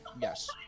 yes